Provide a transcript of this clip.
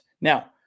Now